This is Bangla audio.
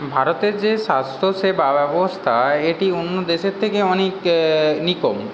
ভারতের যে স্বাস্থ্যসেবা ব্যবস্থা এটি অন্য দেশের থেকে অনেক কম